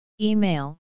Email